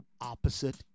opposite